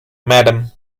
madam